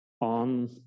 on